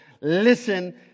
Listen